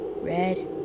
red